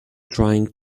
trying